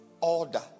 Order